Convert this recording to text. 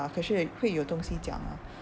可是会有东西讲 ah